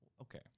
okay